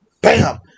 BAM